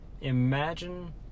imagine